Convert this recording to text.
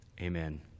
amen